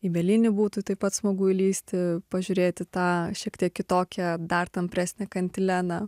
į bielinį būtų taip pat smagu įlįsti pažiūrėti tą šiek tiek kitokią dar tampresnį kantileną